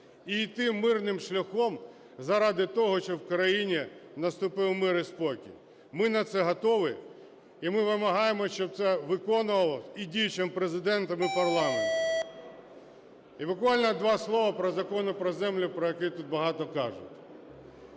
і йти мирним шляхом заради того, щоб в країні наступив мир і спокій. Ми на це готові і ми вимагаємо, щоб це виконувалося і діючим Президентом, і парламентом. І, буквально, два слова про Закон про землю, про який тут багато кажуть.